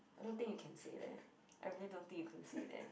I don't think you can say that I really don't think you can say that